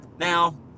Now